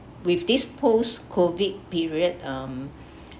with this post COVID period um